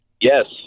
Yes